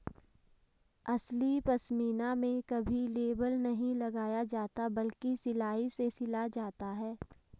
असली पश्मीना में कभी लेबल नहीं लगाया जाता बल्कि सिलाई से सिला जाता है